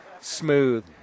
Smooth